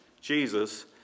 Jesus